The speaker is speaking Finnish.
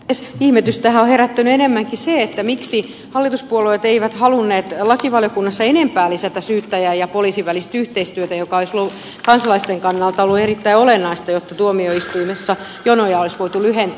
ihmetystähän on herättänyt enemmänkin se miksi hallituspuolueet eivät halunneet lakivaliokunnassa enempää lisätä syyttäjän ja poliisin välistä yhteistyötä mikä olisi kansalaisten kannalta ollut erittäin olennaista jotta tuomioistuimessa jonoja olisi voitu lyhentää